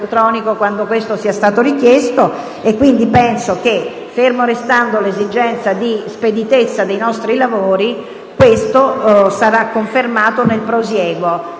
quando questo sia stato richiesto; penso che, ferma restando l'esigenza di speditezza dei nostri lavori, questo atteggiamento sarà confermato nel prosieguo